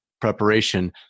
preparation